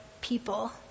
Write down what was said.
people